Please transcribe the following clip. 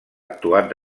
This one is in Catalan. actuat